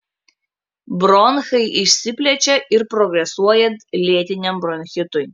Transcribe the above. bronchai išsiplečia ir progresuojant lėtiniam bronchitui